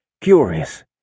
Curious